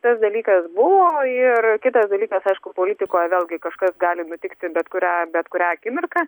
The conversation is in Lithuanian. tas dalykas buvo ir kitas dalykas aišku politikoje vėlgi kažkas gali nutikti bet kurią bet kurią akimirką